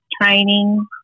training